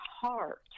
heart